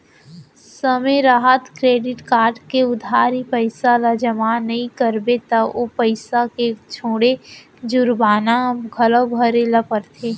समे रहत credit card के उधारी पइसा ल जमा नइ करबे त ओ पइसा के छोड़े जुरबाना घलौ भरे ल परथे